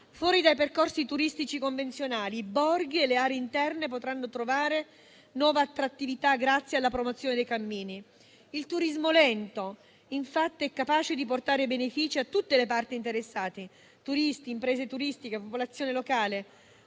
Fuori dai percorsi turistici convenzionali, i borghi e le aree interne potranno trovare nuova attrattività grazie alla promozione dei cammini. Il turismo lento, infatti, è capace di portare benefici a tutte le parti interessate: turisti, imprese turistiche, popolazione locale;